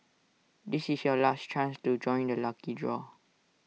this is your last chance to join the lucky draw